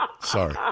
Sorry